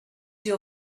your